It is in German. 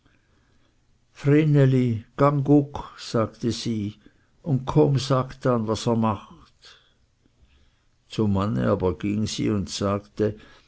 gang guck sagte sie und komm sag dann was er macht zum mann aber ging sie und sagte